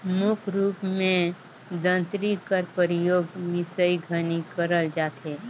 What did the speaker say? मुख रूप मे दँतरी कर परियोग मिसई घनी करल जाथे